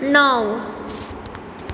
णव